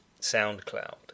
SoundCloud